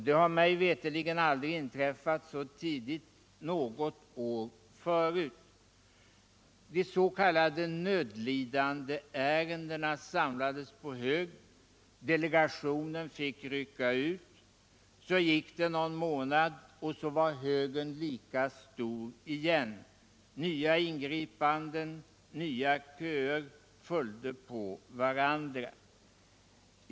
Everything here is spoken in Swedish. Det har mig veterligen aldrig inträffat så tidigt något år förut. De s.k. ”nödlidandeärendena” samlades på hög. Delegationen fick rycka ut. Det gick någon månad, och så var högen lika stor igen. Nya ingripanden, nya köer följde på varandra.